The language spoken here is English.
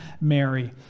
Mary